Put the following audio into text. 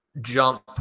jump